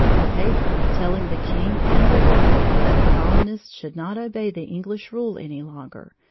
a paper telling the king and the world that the colonists should not obey the english rule any longer,